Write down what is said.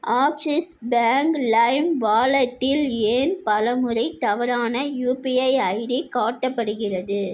axis bank Lime வாலெட்டில் ஏன் பலமுறை தவறான யுபிஐ ஐடி காட்டப்படுகிறது